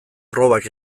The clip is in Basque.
probak